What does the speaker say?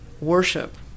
worship